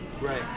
right